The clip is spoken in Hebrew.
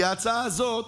כי ההצעה הזאת,